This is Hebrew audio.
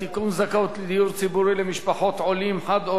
זכאות לדיור ציבורי למשפחות עולים חד-הוריות),